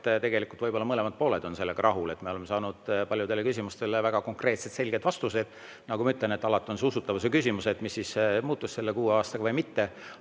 et tegelikult on mõlemad pooled sellega rahul, et me oleme saanud paljudele küsimustele väga konkreetsed selged vastused. Nagu ma ütlen, alati on see usutavuse küsimus, et mis muutus selle kuue aastaga või mitte,